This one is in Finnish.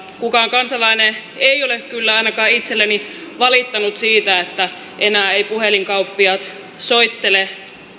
kukaan kansalainen ei ole kyllä ainakaan itselleni valittanut siitä että enää eivät puhelinkauppiaat soittele